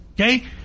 Okay